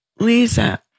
Lisa